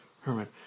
Herman